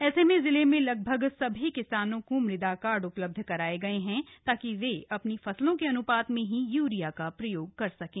ऐसे में जिले में लगभग सभी किसानों को मृदा कार्ड उपलब्ध कराए गए हैं ताकि वह अपनी फसलों के अन्पात में ही यूरिया का प्रयोग कर सकें